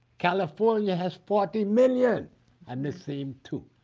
california has forty million and the same two.